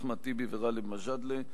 אחמד טיבי וגאלב מג'אדלה.